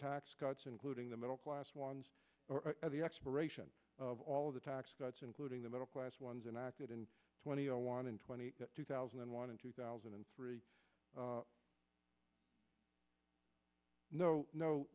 tax cuts including the middle class ones at the expiration of all of the tax cuts including the middle class ones and acted in twenty one and twenty two thousand and one two thousand and three no no